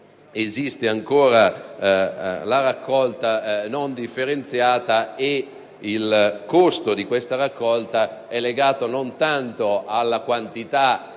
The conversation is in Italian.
esiste ancora la raccolta differenziata e che il costo di tale raccolta è legato non tanto alla quantità